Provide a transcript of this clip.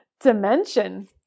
dimension